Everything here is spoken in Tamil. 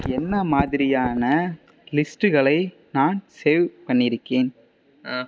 என்ன மாதிரியான லிஸ்ட்டுகளை நான் சேவ் பண்ணியிருக்கேன்